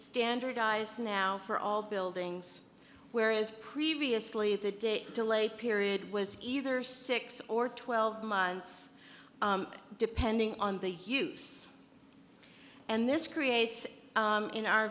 standardized now for all buildings whereas previously the date delay period was either six or twelve months depending on the use and this creates in our